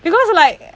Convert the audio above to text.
because like